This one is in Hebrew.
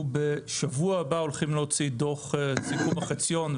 בשבוע הבא אנחנו הולכים להוציא דוח סיכום חציון,